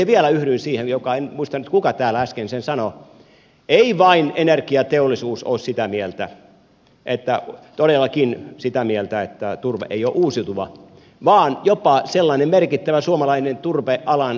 ja vielä yhdyn siihen en muista nyt kuka täällä äsken sen sanoi ettei vain energiateollisuus ole sitä mieltä todellakaan sitä mieltä että turve ei ole uusiutuvaa vaan jopa sellainen merkittävä suomalainen turvealan yritys kuin vapo